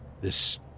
This